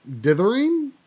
Dithering